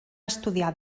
estudiar